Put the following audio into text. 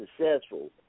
successful